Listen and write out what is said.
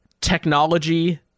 technology